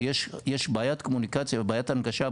ויש בעיית קומוניקציה ובעיית הנגשה,